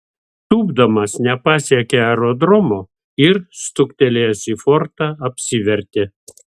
tūpdamas nepasiekė aerodromo ir stuktelėjęs į fortą apsivertė